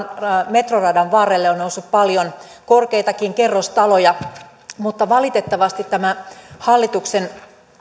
metroradan varrelle on noussut paljon korkeitakin kerrostaloja mutta valitettavasti tämä hallituksen